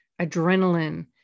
adrenaline